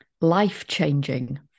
life-changing